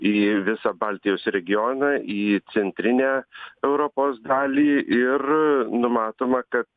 į visą baltijos regioną į centrinę europos dalį ir numatoma kad